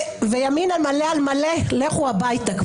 וימין מלא על מלא, לכו כבר הביתה.